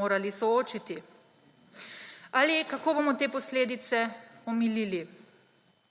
morali soočiti ali kako bomo te posledice omilili.